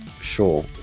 Sure